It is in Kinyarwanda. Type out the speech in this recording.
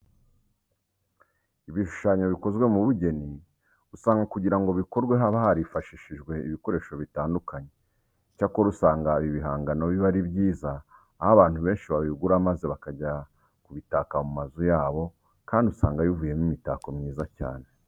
Ibishushyanyo bikozwe mu bugeni usanga kugira ngo bikorwe haba harifashishijwe ibikoresho bitandukanye. Icyakora usanga ibi bihangano biba ari byiza, aho abantu benshi babigura maze bakajya kubitaka mu mazu yabo kandi usanga bivuyemo imitako myiza cyane.